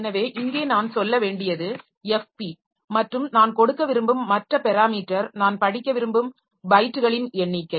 எனவே இங்கே நான் சொல்ல வேண்டியது f p மற்றும் நான் கொடுக்க விரும்பும் மற்ற பெராமீட்டர் நான் படிக்க விரும்பும் பைட்டுகளின் எண்ணிக்கை